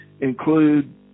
include